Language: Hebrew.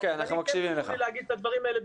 אני כן רוצה לומר את הדברים האלה,